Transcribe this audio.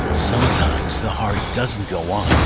sometimes the heart doesn't go on.